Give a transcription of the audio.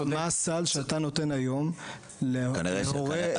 מה הסל שאתה נותן היום להורה כזה?